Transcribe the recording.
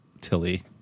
tilly